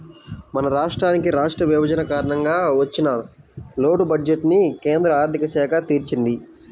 మన రాష్ట్రానికి రాష్ట్ర విభజన కారణంగా వచ్చిన లోటు బడ్జెట్టుని కేంద్ర ఆర్ధిక శాఖ తీర్చింది